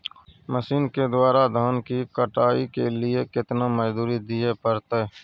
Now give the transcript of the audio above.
Machine के द्वारा धान की कटाइ के लिये केतना मजदूरी दिये परतय?